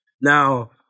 Now